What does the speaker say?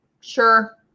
Sure